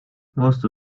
most